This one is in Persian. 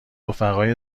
رفقای